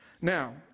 Now